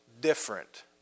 different